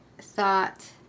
thought